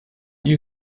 you